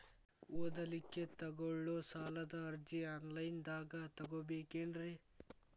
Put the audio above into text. ಓದಲಿಕ್ಕೆ ತಗೊಳ್ಳೋ ಸಾಲದ ಅರ್ಜಿ ಆನ್ಲೈನ್ದಾಗ ತಗೊಬೇಕೇನ್ರಿ?